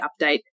Update